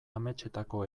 ametsetako